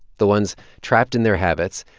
the ones trapped in their habits,